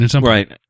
Right